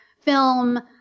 film